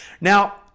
Now